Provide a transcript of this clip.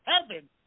heaven